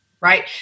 right